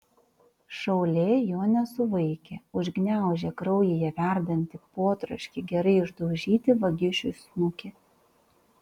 šaulė jo nesivaikė užgniaužė kraujyje verdantį potroškį gerai išdaužyti vagišiui snukį